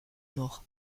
mort